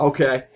Okay